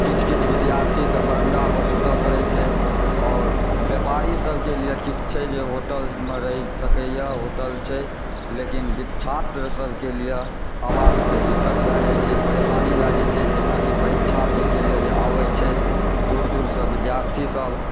किछु किछु विद्यार्थीके बरन्दापर सुतय पड़ै छै आओर व्यापारीसभकें लिए किछु छै जे होटलमे रहि सकैए होटल छै लेकिन वि छात्रसभकें लिए आवासके दिक्कत भए जाइत छै परेशानी भए जाइत छै जेनाकि परीक्षा दएके लेल आबैत छथि दूर दूर सँ विद्यार्थीसभ